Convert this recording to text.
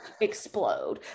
explode